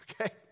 Okay